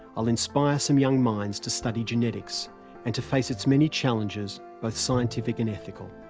i'll inspire some young minds to study genetics and to face its many challenges, both scientific and ethical.